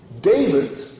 David